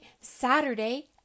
Saturday